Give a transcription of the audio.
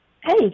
Hey